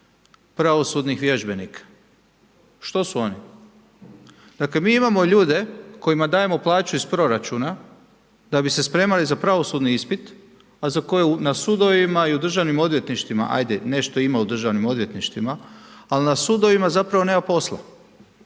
pravosudnih vježbenika. Što su oni? Dakle mi imamo ljude kojima dajemo plaću iz proračuna da bi se spremali za pravosudni ispit a za koje na sudovima i u državnim odvjetništvima, ajde, nešto ima u državnim odvjetništvima ali na sudovima zapravo nema posla.